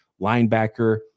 linebacker